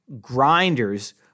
grinders